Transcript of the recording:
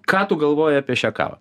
ką tu galvoji apie šią kavą